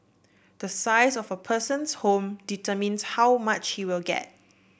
the size of a person's home determines how much he will get